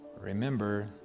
remember